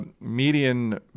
median